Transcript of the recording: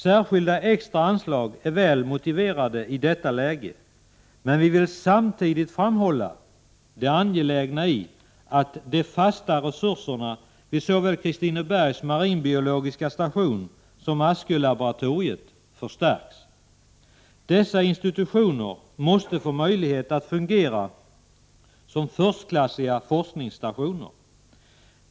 Särskilda extra anslag är väl motiverade i detta läge, men vi vill samtidigt framhålla det angelägna i att de fasta resurserna vid såväl Kristinebergs marinbiologiska station som Askölaboratoriet förstärks. Dessa institutioner måste få möjlighet att fungera som förstklassiga forskningsstationer.